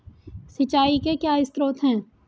सिंचाई के क्या स्रोत हैं?